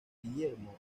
guillermo